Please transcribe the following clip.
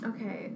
Okay